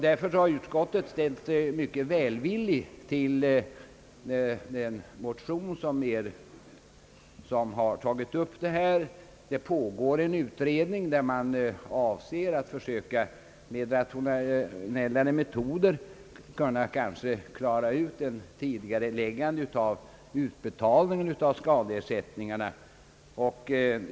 Därför har utskottet ställt sig mycket välvilligt till den motion som har tagit upp detta problem. Det pågår en utredning där man avser att försöka med rationellare metoder kunna klara ut ett tidigareläggande av utbetalningen av skadeersättningarna.